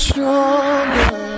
Stronger